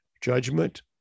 judgment